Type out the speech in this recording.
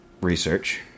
research